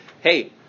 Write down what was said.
hey